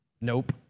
Nope